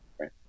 Right